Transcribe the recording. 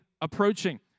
approaching